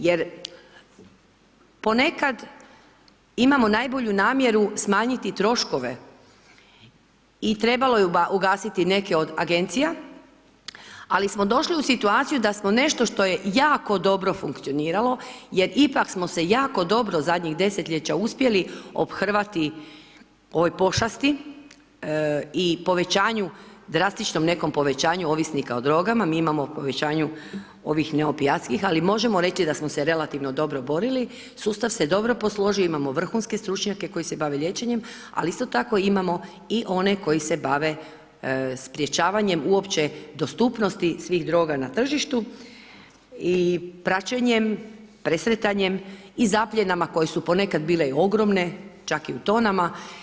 Jer ponekad imamo najbolju namjeru, smanjiti troškove i trebalo je ugasiti neke od agencije, ali smo došli u situaciju, da smo nešto što je jako dobro funkcioniralo, jer ipak smo se jako dobro zadnjih desetljeće uspjeli ophrvati ovoj pošasti i povećanju drastičnom nekom povećanju, ovisnika o drogama, mi imamo povećanje ovih opijatskih, ali možemo reći, da smo se relativno dobro borili, sustav se dobro posložio, imamo vrhunske stručnjake, koji se bavi liječenjem, ali isto tako imamo i one koji se bave sprječavanje uopće dostupnosti svih droga na tržištu i praćenjem, presretanjem i zapljenama koje su ponekad bile ogroman, čak i u tonama.